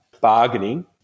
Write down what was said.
bargaining